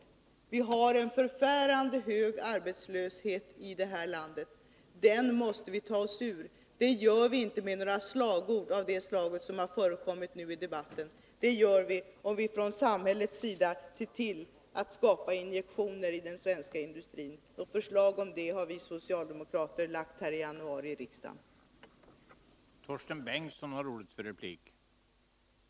Jo, vi har en förfärande hög arbetslöshet i det här landet, och den måste vi ta oss ur. Det gör vi inte genom några slagord av den typ som har förekommit nuidebatten. Däremot gör vi det om vi från samhällets sida ser till att ge den svenska industrin injektioner, och förslag om detta har vi socialdemokrater lagt fram här i riksdagen under januari.